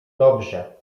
dobrze